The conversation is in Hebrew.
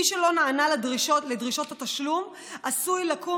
מי שלא נענה לדרישות התשלום עשוי לקום